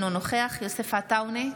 אינו נוכח יוסף עטאונה,